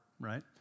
right